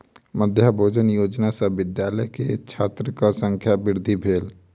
मध्याह्न भोजन योजना सॅ विद्यालय में छात्रक संख्या वृद्धि भेल